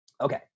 Okay